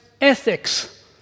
ethics